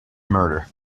murder